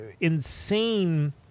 insane